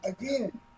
Again